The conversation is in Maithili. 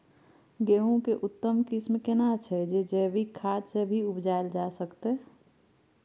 गेहूं के उत्तम किस्म केना छैय जे जैविक खाद से भी उपजायल जा सकते?